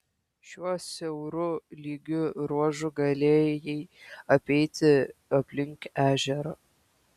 šiuo siauru lygiu ruožu galėjai apeiti aplink ežerą